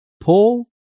Paul